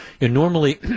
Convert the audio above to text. normally